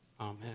Amen